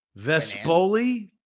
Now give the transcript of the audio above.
Vespoli